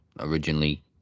originally